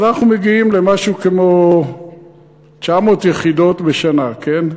אז אנחנו מגיעים למשהו כמו 900 יחידות בשנה, כן?